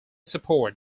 support